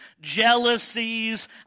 jealousies